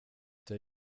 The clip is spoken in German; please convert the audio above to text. der